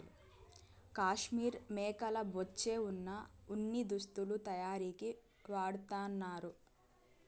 కాశ్మీర్ మేకల బొచ్చే వున ఉన్ని దుస్తులు తయారీకి వాడతన్నారు